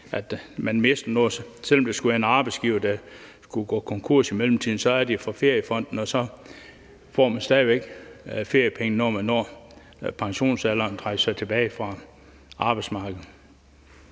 også selv om ens arbejdsgiver skulle gå konkurs i mellemtiden. Feriepengene er i feriefonden, så man får dem stadig væk, når man når pensionsalderen og trækker sig tilbage fra arbejdsmarkedet.